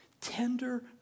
Tender